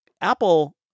Apple